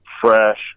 fresh